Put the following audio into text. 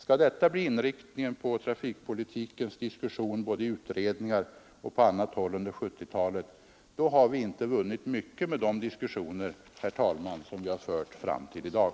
Skall detta bli inriktningen på diskussionen om trafikpolitiken både i utredningar och på annat håll under 1970-talet, då har vi, herr talman, inte vunnit mycket med de diskussioner som vi har fört fram till i dag.